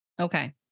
Okay